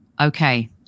Okay